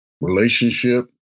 relationship